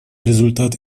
результат